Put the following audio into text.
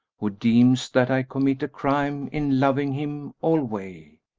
who deems that i commit a crime in loving him alway.